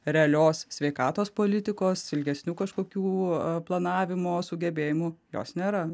realios sveikatos politikos ilgesnių kažkokių planavimo sugebėjimų jos nėra